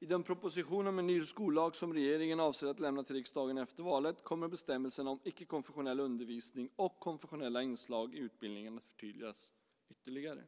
I den proposition om en ny skollag som regeringen avser att lämna till riksdagen efter valet kommer bestämmelserna om icke-konfessionell undervisning och konfessionella inslag i utbildningen att förtydligas ytterligare.